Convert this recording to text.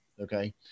Okay